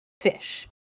fish